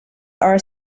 are